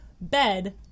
bed